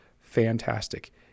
fantastic